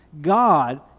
God